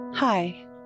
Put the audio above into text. Hi